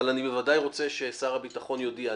אני בוודאי רוצה ששר הביטחון יודיע.